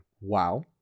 Wow